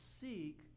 seek